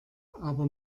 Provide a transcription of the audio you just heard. aber